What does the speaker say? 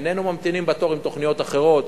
איננו ממתינים בתור עם תוכניות אחרות.